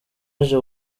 aje